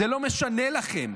זה לא משנה לכם.